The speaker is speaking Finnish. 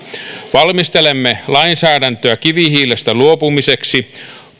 valmistelemme lainsäädäntöä kivihiilestä luopumiseksi